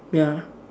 ya